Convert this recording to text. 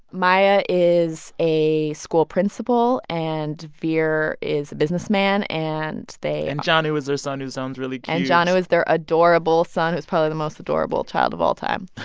maya is a school principal and veer is a businessman. and they. and janu is their son, who sounds really cute and janu is their adorable son, who's probably the most adorable child of all time.